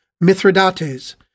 Mithridates